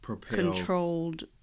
controlled